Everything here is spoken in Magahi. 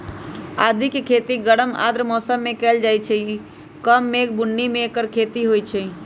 आदिके खेती गरम आर्द्र मौसम में कएल जाइ छइ कम मेघ बून्नी में ऐकर खेती होई छै